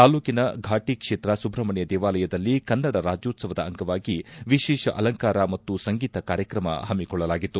ತಾಲೂಕಿನ ಫಾಟಿಕ್ಷೇತ್ರ ಸುಬ್ರಹ್ಮಣ್ಯ ದೇವಾಲಯದಲ್ಲಿ ಕನ್ನಡ ರಾಜ್ಯೋತ್ಸವದ ಅಂಗವಾಗಿ ವಿಶೇಷ ಅಲಂಕಾರ ಮತ್ತು ಸಂಗೀತ ಕಾರ್ಯಕ್ರಮ ಹಮ್ನಿಕೊಳ್ಳಲಾಗಿತ್ತು